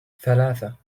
ثلاثة